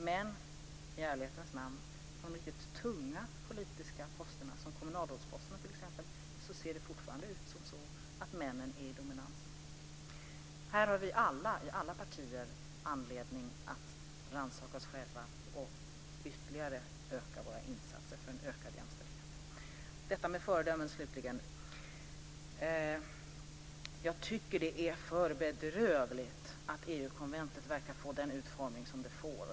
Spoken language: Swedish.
Men i ärlighetens namn är det så att när det gäller de verkligt tunga politiska posterna, som kommunalrådsposterna, ser det fortfarande ut så att männen är i dominans. Här har vi alla, i alla partier, anledning att rannsaka oss själva och ytterligare öka våra insatser för mer jämställdhet. Slutligen vill jag säga något om detta med föredömen. Jag tycker att det är för bedrövligt att EU konventet verkar få den utformning som det får.